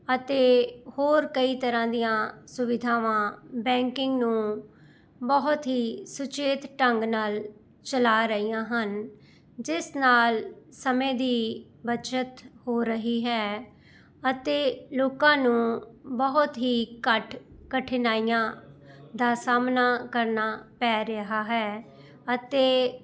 ਅਤੇ ਹੋਰ ਕਈ ਤਰ੍ਹਾਂ ਦੀਆਂ ਸੁਵਿਧਾਵਾਂ ਬੈਂਕਿੰਗ ਨੂੰ ਬਹੁਤ ਹੀ ਸੁਚੇਤ ਢੰਗ ਨਾਲ ਚਲਾ ਰਹੀਆਂ ਹਨ ਜਿਸ ਨਾਲ ਸਮੇਂ ਦੀ ਬਚਤ ਹੋ ਰਹੀ ਹੈ ਅਤੇ ਲੋਕਾਂ ਨੂੰ ਬਹੁਤ ਹੀ ਘੱਟ ਕਠਿਨਾਈਆਂ ਦਾ ਸਾਹਮਣਾ ਕਰਨਾ ਪੈ ਰਿਹਾ ਹੈ ਅਤੇ